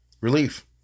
relief